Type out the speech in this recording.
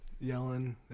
yelling